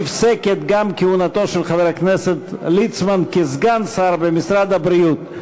נפסקת גם כהונתו של חבר הכנסת ליצמן כסגן שר במשרד הבריאות.